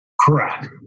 Correct